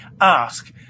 ask